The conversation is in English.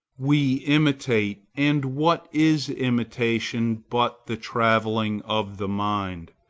we imitate and what is imitation but the travelling of the mind?